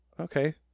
okay